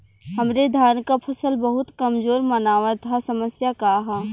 हमरे धान क फसल बहुत कमजोर मनावत ह समस्या का ह?